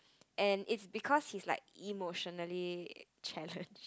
and is because he's like emotionally challenged